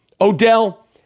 Odell